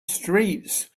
streets